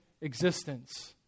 existence